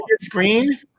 screen